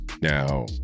Now